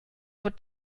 wird